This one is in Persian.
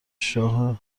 شاه